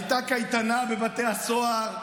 הייתה קייטנה בבתי הסוהר.